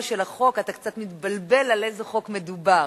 של החוק אתה קצת מתבלבל על איזה חוק מדובר,